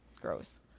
Gross